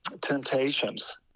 temptations